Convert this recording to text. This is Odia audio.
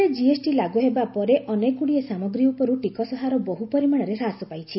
ଦେଶରେ ଜିଏସଟି ଲାଗୁ ହେବା ପରେ ଅନେକଗୁଡ଼ିଏ ସାମଗ୍ରୀ ଉପରୁ ଟିକସ ହାର ବହୁ ପରିମାଣରେ ହ୍ରାସ ପାଇଛି